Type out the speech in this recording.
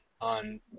On